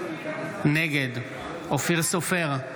נגד אופיר סופר,